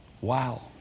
wow